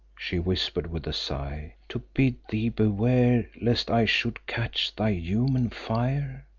she whispered with a sigh, to bid thee beware lest i should catch thy human fire?